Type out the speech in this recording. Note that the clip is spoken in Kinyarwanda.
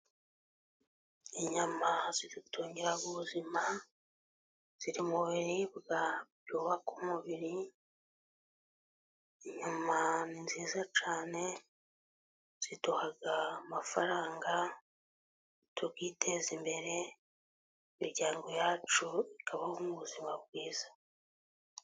Inyama zidutungira ubuzima, ziri mu biribwa byubaka umubiri. Inyama ni nziza cyane ziduha amafaranga tukiteza imbere, imiryango yacu ikabaho mu buzima bwiza.